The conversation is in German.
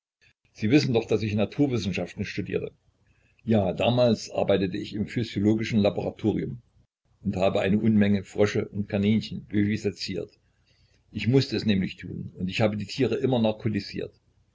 sie wissen doch daß ich naturwissenschaften studierte ja damals arbeitete ich im physiologischen laboratorium und habe eine unmenge frösche und kaninchen viviseziert ich mußte es nämlich tun und ich habe die tiere immer narkotisiert